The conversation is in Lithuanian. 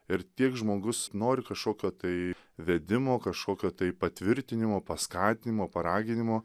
ir tiek žmogus nori kašokio tai vedimo kažkokio tai patvirtinimo paskatinimo paraginimo